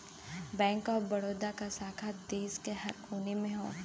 bank of Baroda क शाखा देश के हर कोने में हौ